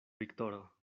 viktoro